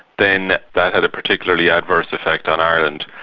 then that had a particularly adverse effect on ireland.